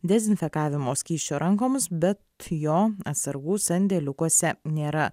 dezinfekavimo skysčio rankoms bet jo atsargų sandėliukuose nėra